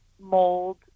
mold